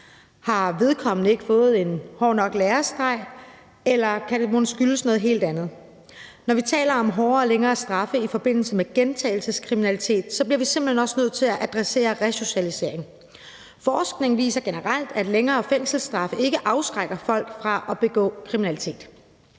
Har vedkommende ikke fået en hård nok lærestreg, eller kan det mon skyldes noget helt andet? Når vi taler om hårdere og længere straffe i forbindelse med gentagelseskriminalitet, bliver vi simpelt hen også nødt til at adressere resocialisering. Forskning viser generelt, at længere fængselsstraffe ikke afskrækker folk fra at begå kriminalitet.